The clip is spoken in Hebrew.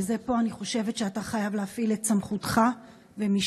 ופה אני חושבת שאתה חייב להפעיל את סמכותך ומשקלך.